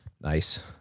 nice